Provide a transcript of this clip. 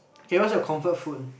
okay what's your comfort food